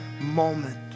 moment